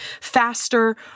faster